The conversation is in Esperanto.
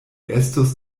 estus